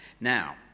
now